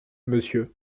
monsieur